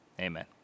amen